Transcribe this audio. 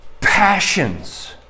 passions